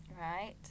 right